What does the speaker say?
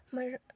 ꯃꯔꯛ